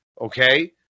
okay